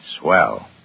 swell